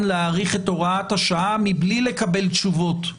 להאריך את הוראת השעה מבלי לקבל תשובות.